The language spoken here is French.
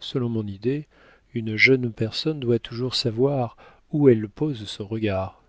selon mon idée une jeune personne doit toujours savoir où elle pose son regard